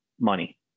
money